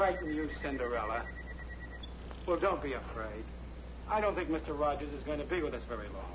right well don't be afraid i don't think mr rogers is going to be with us very